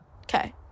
Okay